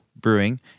brewing